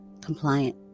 compliant